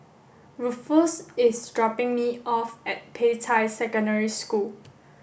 Rufus is dropping me off at Peicai Secondary School